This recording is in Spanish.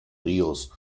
ríos